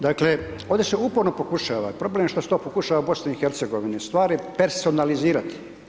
Dakle, ovdje se uporno pokušava i problem je što se to pokušava u BIH, stvari personalizirati.